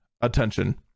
attention